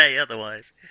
otherwise